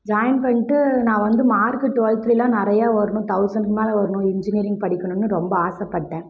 join பண்ணிட்டு நான் வந்து மார்க்கு ட்வெல்தெலாம் நிறையா வரணும் தௌசண்ட்க்கு மேலே வரணும் இன்ஜினியரிங் படிக்கணும்னு ரொம்ப ஆசைப்பட்டேன்